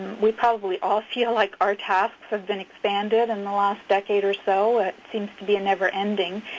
we probably all feel like our tasks been expanded in the last decade or so. it seems to be never ending.